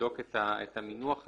לבדוק את המינוח הזה,